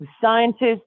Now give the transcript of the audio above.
scientists